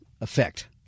effect